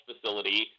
facility